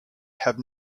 have